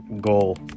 goal